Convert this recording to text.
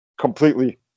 completely